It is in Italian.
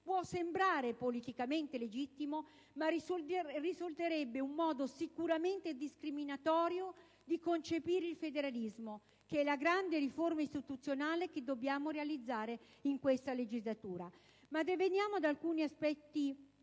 può sembrare politicamente legittimo, ma risulterebbe un modo sicuramente discriminatorio di concepire il federalismo, che è la grande riforma istituzionale che dobbiamo realizzare in questa legislatura. Ma veniamo ad alcuni aspetti